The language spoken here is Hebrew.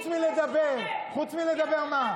הקרבתם הכול, חוץ מלדבר, חוץ מלדבר, מה?